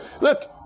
Look